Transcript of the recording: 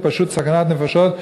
פשוט סכנת נפשות,